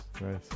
nice